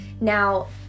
Now